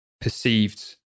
perceived